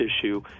issue